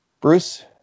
Bruce